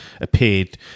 appeared